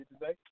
today